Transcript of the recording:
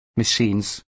machines